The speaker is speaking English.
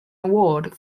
award